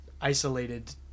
isolated